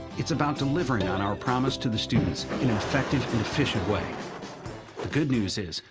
it's about delivering on our promise to the students in an effective and efficient way. the good news is,